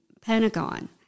Pentagon